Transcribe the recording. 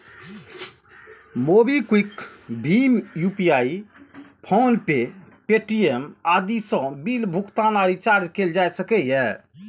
MobiKwik, भीम UPI, PhonePe, Paytm आदि सं बिल भुगतान आ रिचार्ज कैल जा सकैए